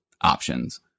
options